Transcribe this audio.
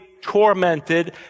tormented